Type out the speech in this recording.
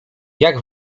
jak